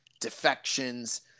defections